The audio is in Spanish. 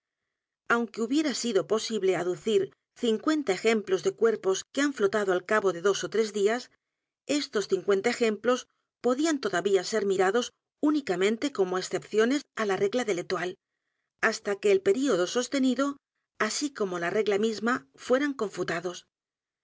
aunque hubiera sido posible aducir cincuenta ejemplos de cuerpos que han flotado al cabo de dos ó t r e s días estos cincuenta ejemplos podían todavía ser mirados únicamente como excepciones á la regla de l'étoile hasta que el período sostenido así como la regla misma fueran confutados